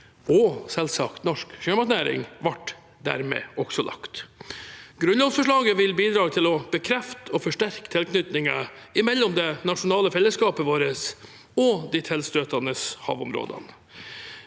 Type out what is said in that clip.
og selvsagt norsk sjømatnæring, ble dermed også lagt. Grunnlovsforslaget vil bidra til å bekrefte og forsterke tilknytningen mellom det nasjonale fellesskapet vårt og de tilstøtende havområdene.